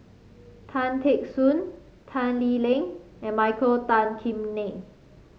Tan Teck Soon Tan Lee Leng and Michael Tan Kim Nei